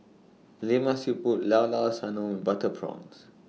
Lemak Siput Llao Llao Sanum Butter Prawns